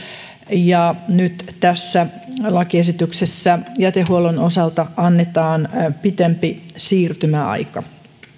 ja nyt tässä lakiesityksessä jätehuollon osalta annetaan pitempi siirtymäaika